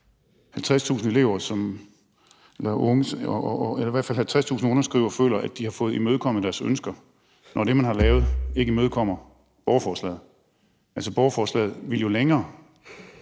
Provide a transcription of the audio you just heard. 50.000 unge, eller i hvert fald 50.000 underskrivere, føler, at deres ønsker er blevet imødekommet, når det, man har lavet, ikke imødekommer borgerforslaget. Altså, borgerforslaget ville jo længere;